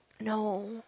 No